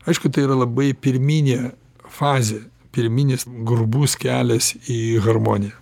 aišku tai yra labai pirminė fazė pirminis grubus kelias į harmoniją